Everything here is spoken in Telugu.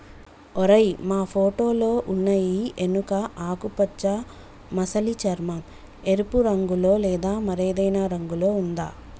ఓరై మా ఫోటోలో ఉన్నయి ఎనుక ఆకుపచ్చ మసలి చర్మం, ఎరుపు రంగులో లేదా మరేదైనా రంగులో ఉందా